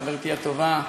חברתי הטובה,